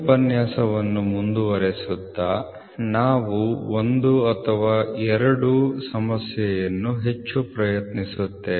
ನಿನ್ನೆಯ ಉಪನ್ಯಾಸಕ್ಕೆ ಮುಂದುವರಿಯುತ್ತಾ ನಾವು 1 ಅಥವಾ 2 ಸಮಸ್ಯೆಯನ್ನು ಹೆಚ್ಚು ಪ್ರಯತ್ನಿಸುತ್ತೇವೆ